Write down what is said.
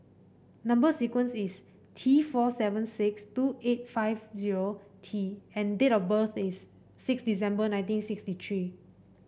number sequence is T four seven six two eight five zero T and date of birth is six December nineteen sixty three